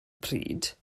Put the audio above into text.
pryd